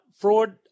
fraud